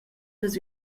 las